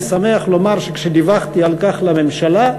אני שמח לומר שכשדיווחתי על כך לממשלה,